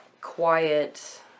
quiet